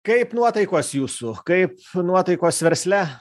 kaip nuotaikos jūsų kaip nuotaikos versle